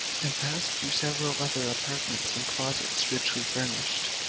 and passed through several other apartments and closets richly furnished,